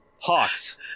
Hawks